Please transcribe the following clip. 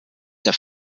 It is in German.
der